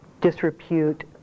disrepute